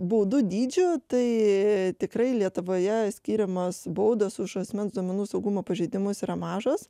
baudų dydžiu tai tikrai lietuvoje skiriamos baudos už asmens duomenų saugumo pažeidimus yra mažos